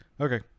Okay